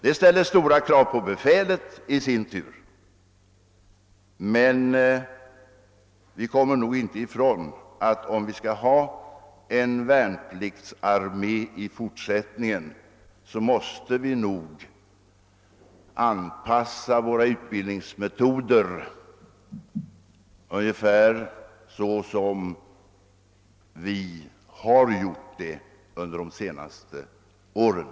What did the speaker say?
Det ställer emellertid i sin tur stora krav på befälet, men vi kommer nog inte ifrån att om vi skall kunna ha en värnpliktsarmé i fortsättningen så måste vi nog anpassa våra utbildningsmetoder till de värnpliktiga ungefär så som vi har gjort under de senaste åren.